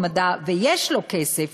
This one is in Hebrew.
במידה שיש לו כסף,